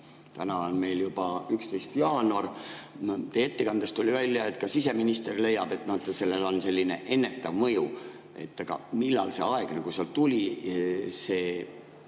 Täna on meil juba 11. jaanuar. Teie ettekandest tuli välja, et ka siseminister leiab, et sellel on selline ennetav mõju. Millal see aeg nagu tuli,